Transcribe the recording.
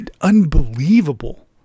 unbelievable